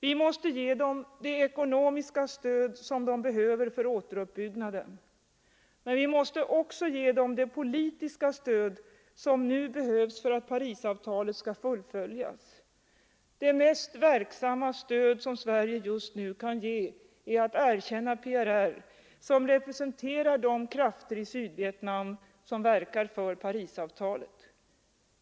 Vi måste ge dem det ekonomiska stöd som de behöver för återuppbyggnaden, men vi måste också ge dem det politiska stöd som nu behövs för att Parisavtalet skall fullföljas. Det mest verksamma stöd som Sverige just nu kan ge är att erkänna PRR som representerar de krafter i Sydvietnam som verkar för Parisavtalet.